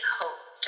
hope